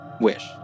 wish